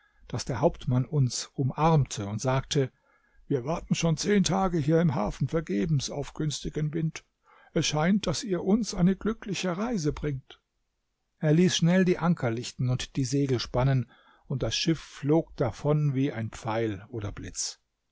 daß der hauptmann uns umarmte und sagte wir warten schon zehn tage hier im hafen vergebens auf günstigen wind es scheint daß ihr uns eine glückliche reise bringt er ließ schnell die anker lichten und die segel spannen und das schiff flog davon wie ein pfeil oder blitz